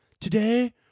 Today